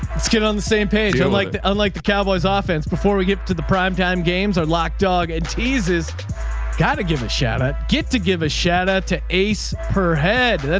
let's get on the same page. i'd like to unlike the cowboys ah offense. before we get to the primetime games are locked, dog and teases got to give a shabbat, get to give a shadow to ace per head.